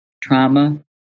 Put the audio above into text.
trauma